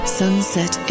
sunset